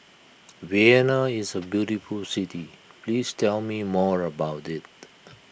Vienna is a beautiful city please tell me more about it